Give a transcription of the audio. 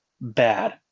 bad